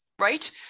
right